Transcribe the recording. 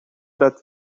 that